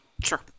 Sure